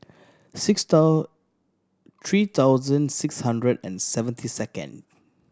six three thousand six hundred and seventy second